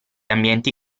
ambienti